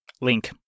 Link